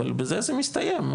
אבל בזה זה מסתיים.